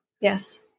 Yes